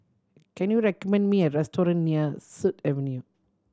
can you recommend me a restaurant near Sut Avenue